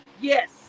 Yes